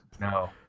No